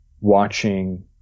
watching